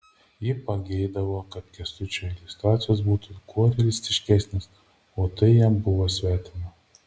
ji pageidavo kad kęstučio iliustracijos būtų kuo realistiškesnės o tai jam buvo svetima